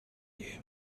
you